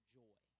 joy